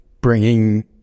bringing